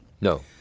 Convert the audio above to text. No